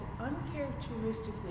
uncharacteristically